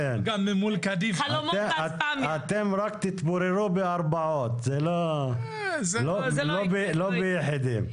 אתם רק תתפוררו בארבעות, לא ביחידים.